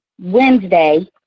Wednesday